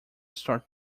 start